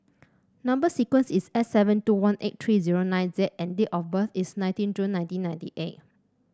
number sequence is S seven two one eight three zero nine Z and date of birth is nineteen June nineteen ninety eight